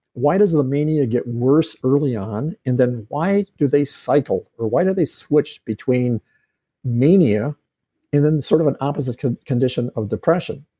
why does the mania get worse early on? and then why do they cycle? or why did they switch between mania and then sort of an opposite condition of depression?